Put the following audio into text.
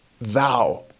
thou